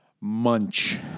Munch